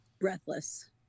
Breathless